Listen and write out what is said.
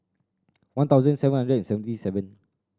one thousand seven hundred and seventy seven